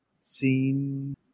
seen